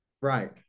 Right